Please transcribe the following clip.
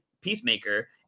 Peacemaker